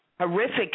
horrific